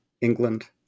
England